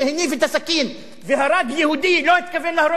הסכין והרג יהודי לא התכוון להרוג אותו?